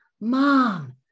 mom